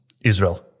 Israel